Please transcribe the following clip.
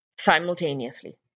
simultaneously